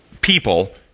people